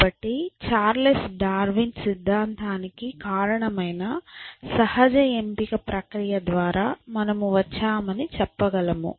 కాబట్టి Charles Darwin సిద్ధాంతానికి కారణమైన సహజ ఎంపిక ప్రక్రియ ద్వారా మనము వచ్చామని చెప్పగలము